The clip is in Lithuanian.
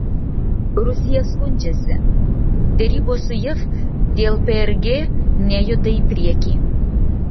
rusija skundžiasi derybos su jav dėl prg nejuda į priekį